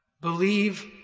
Believe